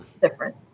different